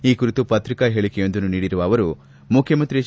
ಈ ಕುರಿತಂತೆ ಪತ್ರಿಕಾ ಹೇಳಿಕೆಯೊಂದನ್ನು ನೀಡಿರುವ ಅವರು ಮುಖ್ಯಮಂತ್ರಿ ಎಚ್